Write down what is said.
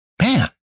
man